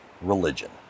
religion